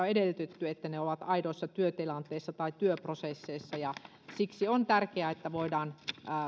edellytetty että ne ovat aidoissa työtilanteissa tai työprosesseissa siksi on tärkeää että voidaan